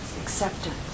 acceptance